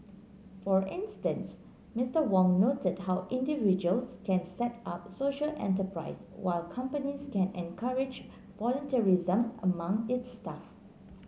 for instance Mister Wong noted how individuals can set up social enterprise while companies can encourage volunteerism among its staff